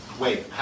Wait